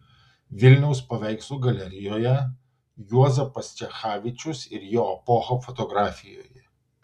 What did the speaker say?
vilniaus paveikslų galerijoje juozapas čechavičius ir jo epocha fotografijoje